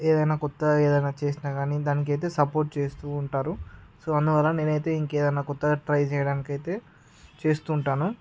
ఏదైనా కొత్త ఏదైనా చేసినా కానీ దానికైతే సపోర్ట్ చేస్తూ ఉంటారు సో అందువలన నేను అయితే ఇంకా ఏదన్న కొత్తగా ట్రై చేయడానికి అయితే చేస్తూ ఉంటాను